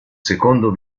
secondo